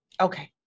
Okay